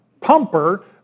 pumper